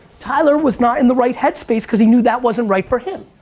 tyler was not in the right head space because he knew that wasn't right for him.